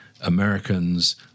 Americans